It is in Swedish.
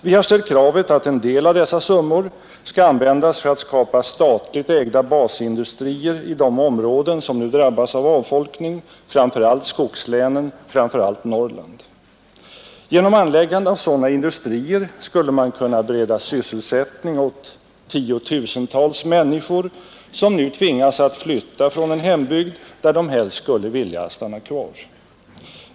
Vi har ställt kravet att en del av dessa summor skall användas för att skapa statligt ägda basindustrier i de områden som nu drabbas av avfolkning, framför allt skogslänen och i allra första hand Norrland. Genom anläggande av sådana industrier skulle man kunna bereda sysselsättning åt tiotusentals människor som nu tvingas flytta från den hembygd där de helst skulle vilja stanna kvar.